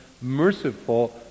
merciful